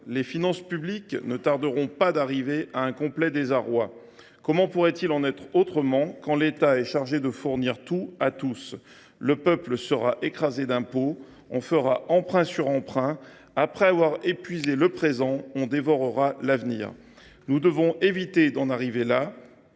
Les finances publiques ne tarderont pas d’arriver à un complet désarroi. Comment pourrait il en être autrement quand l’État est chargé de fournir tout à tous ? Le peuple sera écrasé d’impôts, on fera emprunt sur emprunt ; après avoir épuisé le présent, on dévorera l’avenir. » Nous devons éviter d’en arriver là.